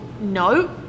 no